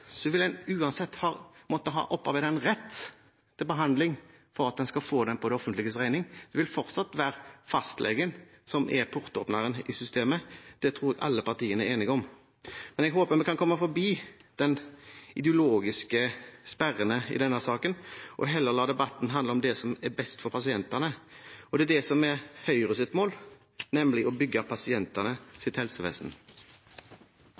vil man uansett måtte ha opparbeidet en rett til behandling for at man skal få den på det offentliges regning. Det vil fortsatt være fastlegen som er portåpneren i systemet. Det tror jeg alle partiene er enige om. Men jeg håper vi kan komme forbi de ideologiske sperrene i denne saken og heller la debatten handle om det som er best for pasientene. Det er det som er Høyres mål, nemlig å bygge